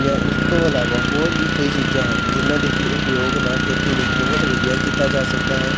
ਜਾਂ ਉਸ ਤੋਂ ਇਲਾਵਾ ਹੋਰ ਵੀ ਕਈ ਚੀਜ਼ਾਂ ਹਨ ਜਿਨ੍ਹਾਂ ਦੀ ਕਿ ਉਪਯੋਗ ਨਾਲ ਖੇਤੀ ਨੂੰ ਬਹੁਤ ਵਧੀਆ ਕੀਤਾ ਜਾ ਸਕਦਾ ਹੈ